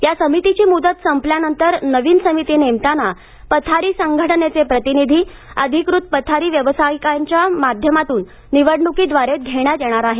या समितीची मुदत संपल्यानंतर नवीन समिती नेमताना पथारी संघटनेचे प्रतिनिधी अधिकृत पथारी व्यावसायिकांच्या माध्यमातून निवडणुकीद्वारे घेण्यात येणार आहेत